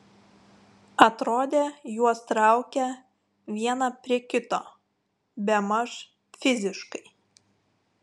atrodė juos traukia vieną prie kito bemaž fiziškai